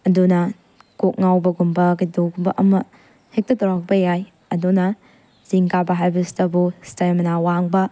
ꯑꯗꯨꯅ ꯀꯣꯛ ꯉꯥꯎꯕꯒꯨꯝꯕ ꯀꯩꯗꯧꯕꯒꯨꯝꯕ ꯑꯃ ꯍꯦꯛꯇ ꯇꯧꯔꯛꯄ ꯌꯥꯏ ꯑꯗꯨꯅ ꯆꯤꯡ ꯀꯥꯕ ꯍꯥꯏꯕꯁꯤꯇꯕꯨ ꯁ꯭ꯇꯦꯃꯤꯅꯥ ꯋꯥꯡꯕ